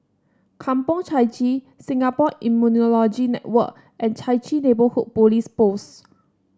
Kampong Chai Chee Singapore Immunology Network and Chai Chee Neighbourhood Police Post